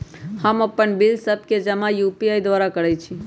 हम अप्पन बिल सभ के जमा यू.पी.आई द्वारा करइ छी